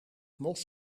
mos